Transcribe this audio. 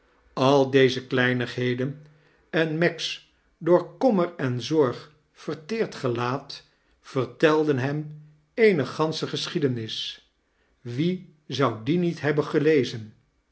al doze kleinigheden en meg's door kommer en zorg verteerd gelaat vertelden hem eene gansche geschiedenis wie zou die riie hebben gelezen